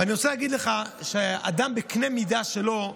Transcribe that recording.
ואני רוצה להגיד לך שאדם בקנה מידה שלו,